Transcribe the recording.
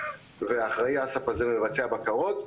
והאחראי הזה מבצע בקרות,